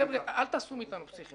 חבר'ה, אל תעשו מאיתנו פסיכים.